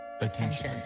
Attention